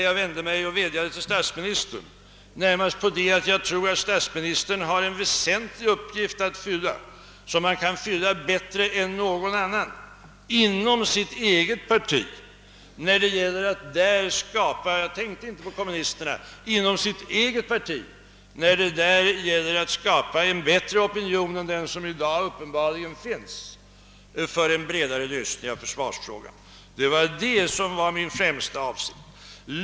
Jag syftade när jag vädjade till statsministern till att börja med på att jag tror att statsministern har en väsentlig uppgift att fylla, som han kan fylla bättre än någon annan, inom sitt eget parti — jag tänkte inte på kommunisterna — när det inom det socialdemikratiska partiet gäller att skapa en bättre opinion än som uppenbarligen finns för en bredare lösning av försvarsfrågan. Detta var min första avsikt.